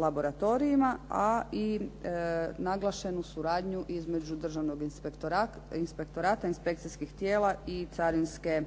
laboratorijima, a i naglašenu suradnju između državnog inspektorata, inspekcijskih tijela i carinske